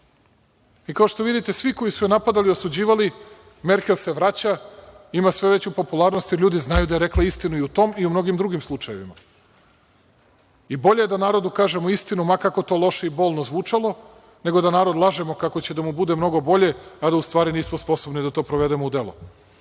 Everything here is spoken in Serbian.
I kao što vidite, svi koji su je napadali i osuđivali, Merkel se vraća, ima sve veću popularnost, jer ljudi znaju da je rekla istinu, i u tom i u mnogim drugim slučajevima. Bolje je da narodu kažemo istinu, ma kako to loše i bolno zvučalo, nego da narod lažemo kako će da mu bude mnogo bolje, a da u stvari nismo sposobni da to provedemo u